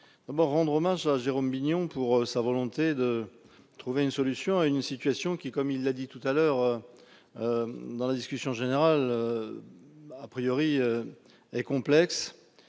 d'abord rendre hommage à Jérôme Bignon, pour sa volonté de trouver une solution à une situation qui, il le rappelait tout à l'heure dans la discussion générale, est complexe.